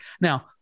Now